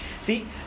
See